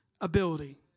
ability